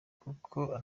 kuko